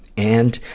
and